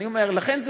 לכן,